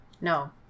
No